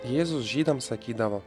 jėzus žydams sakydavo